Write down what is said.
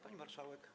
Pani Marszałek!